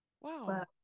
Wow